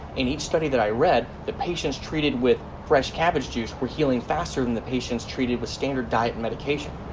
in each study that i read the patients treated with fresh cabbage juice were healing faster than the patients treated with standard diet and medication.